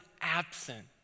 absent